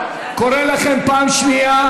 קורא אתכן לסדר פעם שנייה.